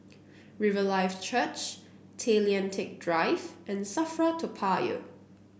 Riverlife Church Tay Lian Teck Drive and Safra Toa Payoh